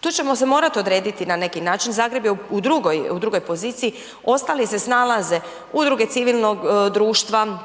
Tu ćemo se morat odrediti na neki način, Zagreb je u drugoj, u drugoj poziciji, ostali se snalaze, Udruge civilnog društva